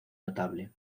notable